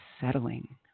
settling